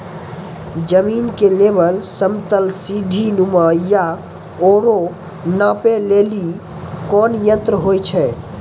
जमीन के लेवल समतल सीढी नुमा या औरो नापै लेली कोन यंत्र होय छै?